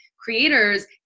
creators